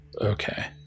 Okay